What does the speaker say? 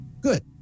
Good